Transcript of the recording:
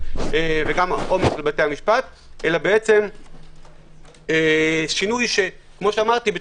עומס על בתי המשפט אלא שינוי שכפי שאמרתי,